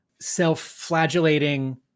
self-flagellating